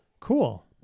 cool